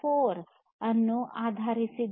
4 ಅನ್ನು ಆಧರಿಸಿದೆ